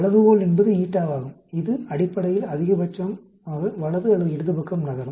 அளவுகோல் என்பது η ஆகும் இது அடிப்படையில் அதிகபட்சமாக வலது அல்லது இடது பக்கம் நகரும்